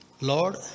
Lord